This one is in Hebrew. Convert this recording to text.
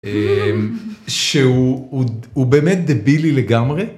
שהוא באמת דבילי לגמרי.